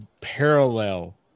parallel